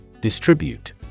Distribute